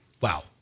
Wow